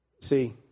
See